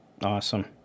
Awesome